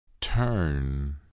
turn